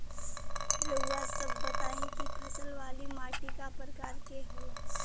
रउआ सब बताई कि फसल वाली माटी क प्रकार के होला?